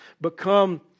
become